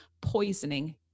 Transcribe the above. poisoning